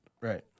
Right